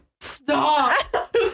stop